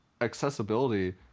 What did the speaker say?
accessibility